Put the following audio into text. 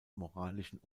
moralischen